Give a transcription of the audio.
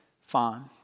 fine